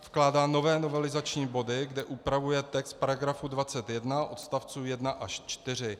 Vkládá nové novelizační body, kde upravuje text v § 21 odstavců 1 až 4.